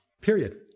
period